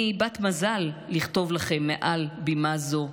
אני בת מזל לכתוב לכם מעל במה זו,